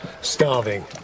starving